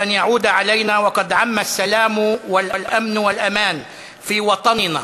ושברמדאן הבא ישררו השלום והביטחון במולדתנו.